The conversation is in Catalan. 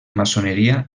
maçoneria